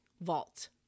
vault